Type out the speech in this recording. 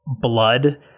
blood